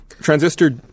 Transistor